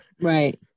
Right